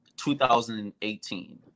2018